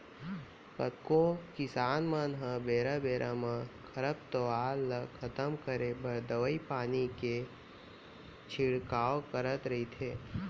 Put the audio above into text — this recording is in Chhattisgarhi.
कतको किसान मन ह बेरा बेरा म खरपतवार ल खतम करे बर दवई पानी के छिड़काव करत रइथे